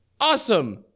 Awesome